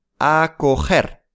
acoger